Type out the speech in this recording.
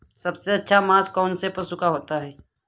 सबसे अच्छा मांस कौनसे पशु का होता है?